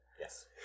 Yes